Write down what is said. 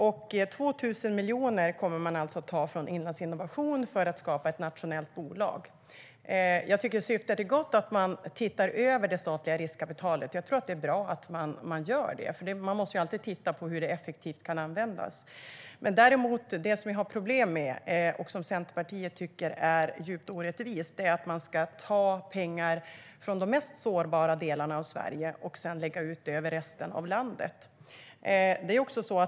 Man kommer alltså att ta 2 000 miljoner från Inlandsinnovation för att skapa ett nationellt bolag. Jag tycker att syftet är gott, att man tittar över det statliga riskkapitalet. Jag tror att det är bra att man gör det, för man måste alltid titta på hur effektivt det kan användas. Det som jag däremot har problem med, och som Centerpartiet tycker är djupt orättvist, är att man ska ta pengar från de sårbaraste delarna av Sverige och lägga ut det över resten av landet.